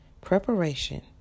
preparation